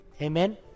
Amen